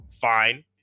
fine